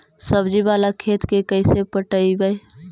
सब्जी बाला खेत के कैसे पटइबै?